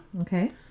Okay